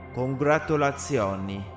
Congratulazioni